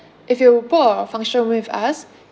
if you book a function room with us